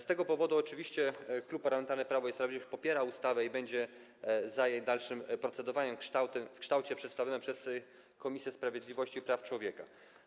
Z tego powodu oczywiście Klub Parlamentarny Prawo i Sprawiedliwość popiera ustawę i będzie za dalszym procedowaniem nad tą ustawą w kształcie przedstawionym przez Komisję Sprawiedliwości i Praw Człowieka.